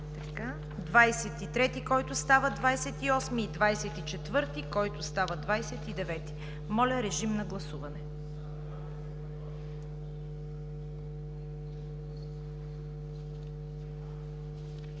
23, който става § 28, и § 24, който става § 29. Моля, режим на гласуване.